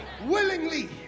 willingly